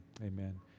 Amen